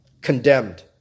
condemned